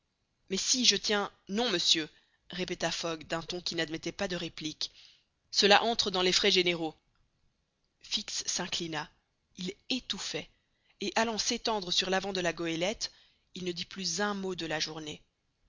mais si je tiens non monsieur répéta fogg d'un ton qui n'admettait pas de réplique cela entre dans les frais généraux fix s'inclina il étouffait et allant s'étendre sur l'avant de la goélette il ne dit plus un mot de la journée